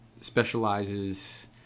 specializes